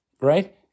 right